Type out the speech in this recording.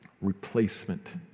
Replacement